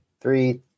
three